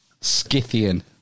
Scythian